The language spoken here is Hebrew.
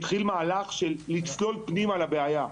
התחיל מהלך של צלילה פנימה לעומק הבעיה,